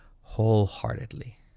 wholeheartedly